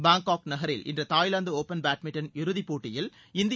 Bangkok நகரில் இன்று Thailand open badminton இறுதிப் போட்டியில் இந்திய